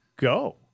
go